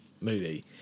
movie